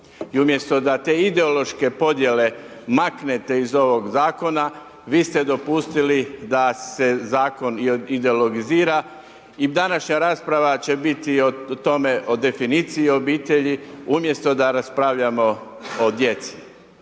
I umjesto da te ideološke podjele maknete iz ovog Zakona, vi ste dopustili da se Zakon ideologizira i današnja rasprava će biti o tome, o definiciji obitelji, umjesto da raspravljamo o djeci.